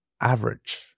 average